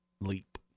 leap